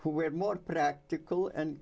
who have more practical and